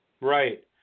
Right